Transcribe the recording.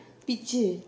pitchu